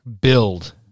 build